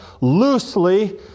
loosely